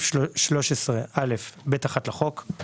תגמולים אחרי פטירתו של נכה זכאי לתגמול